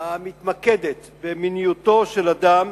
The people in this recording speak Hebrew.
המתמקדת במיניותו של אדם